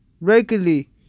regularly